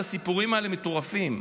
והסיפורים האלה מטורפים: